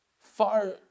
far